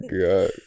god